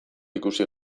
ikusi